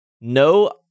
No